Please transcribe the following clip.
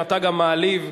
ובכן, 13 בעד, 32 מתנגדים,